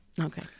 Okay